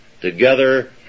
together